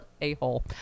a-hole